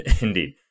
indeed